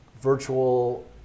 virtual